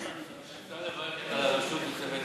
אפשר לברך את הרשות ואת העומדת